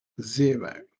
zero